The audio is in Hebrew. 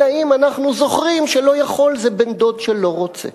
אלא אם כן אנחנו זוכרים ש"לא יכול" זה בן-דוד של "לא רוצה".